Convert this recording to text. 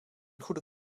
goede